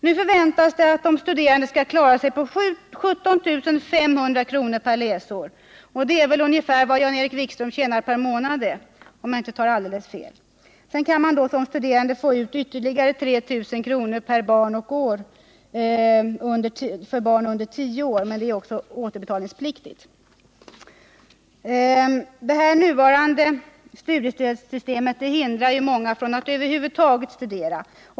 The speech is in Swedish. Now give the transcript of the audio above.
Nu förväntas det att de studerande skall kunna klara sig på 17 500 kr. per läsår — det är väl ungefär vad Jan-Erik Wikström tjänar per månad, om jag inte tar alldeles fel. Sedan kan den som är studerande få ut ytterligare 3 000 kr. per barn och år för barn under tio år, men det beloppet är återbetalningspliktigt. Det nuvarande studiestödssystemet hindrar många från att över huvud taget studera.